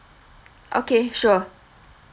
okay sure